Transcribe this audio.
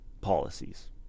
policies